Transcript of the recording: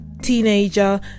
teenager